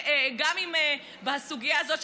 גם אם בסוגיה הזאת,